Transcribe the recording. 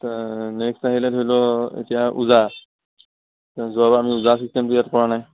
next আহিলে ধৰি লওঁ এতিয়া ওজা যোৱাবাৰ আমি ওজা চিষ্টেমটো ইয়াত কৰা নাই